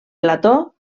plató